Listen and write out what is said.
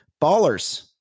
Ballers